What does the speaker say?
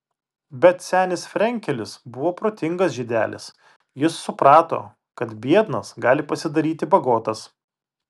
bet senis frenkelis buvo protingas žydelis jis suprato kad biednas gali pasidaryti bagotas